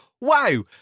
wow